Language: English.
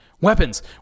Weapons